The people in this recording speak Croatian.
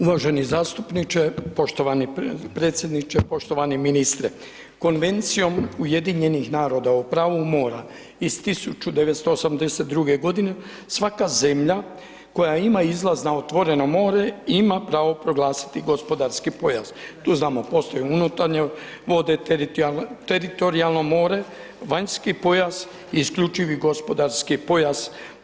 Uvaženi zastupniče, poštovani predsjedniče, poštovani ministre, Konvencijom UN-a o pravu mora iz 1982. godine svaka zemlja koja ima izlaz na otvoreno more ima pravo proglasiti gospodarski pojas, tu znamo postoje unutarnje vode, teritorijalno more, vanjski pojas, isključivi gospodarski pojas.